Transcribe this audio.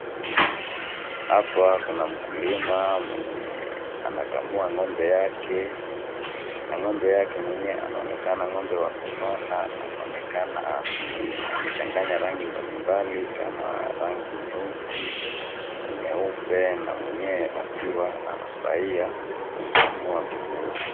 Hapa kuna mkulima mwenye anakamua ng'ombe yake, na ng'ombe yake mwenyewe anaonekana ng'ombe wa kunona na anaonekana amechanganya rangi mbalimbali kama rangi nyeusi na nyeupe na mwenyewe akiwa anafurahia kumkamua vizuri.